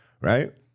right